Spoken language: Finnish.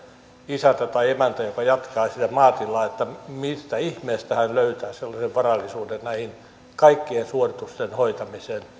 isäntä tai emäntä joka jatkaa sitä maatilaa että mistä ihmeestä hän löytää sellaisen varallisuuden näiden kaikkien suoritusten hoitamiseen